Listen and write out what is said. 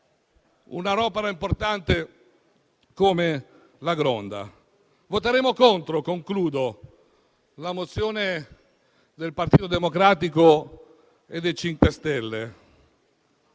un'opera importante come la Gronda. Voteremo contro la mozione del Partito Democratico e dei 5 Stelle